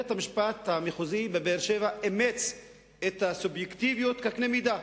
בית-המשפט המחוזי בבאר-שבע אימץ את הסובייקטיביות כקנה-מידה,